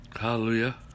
Hallelujah